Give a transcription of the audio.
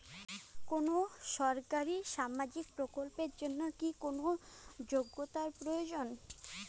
কোনো সরকারি সামাজিক প্রকল্পের জন্য কি কোনো যোগ্যতার প্রয়োজন?